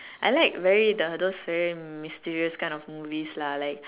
I like very the those very mysterious kind of movies lah like